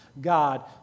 God